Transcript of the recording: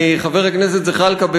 חבר הכנסת זחאלקה,